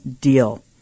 deal